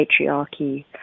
patriarchy